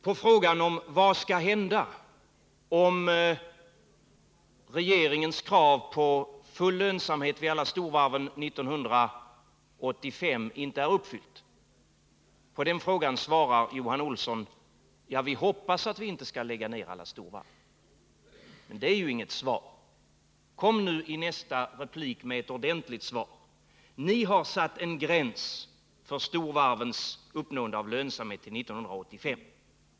På frågan vad som skall hända om regeringens krav på full lönsamhet vid alla storvarven 1985 inte är uppfyllt, svarar Johan Olsson: Ja, vi hoppas att vi inte skall lägga ner några stora varv. Men det är inget svar. Kom med ett ordentligt svar i nästa replik! Ni har satt en gräns vid 1985 för storvarvens uppnående av lönsamhet.